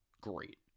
Great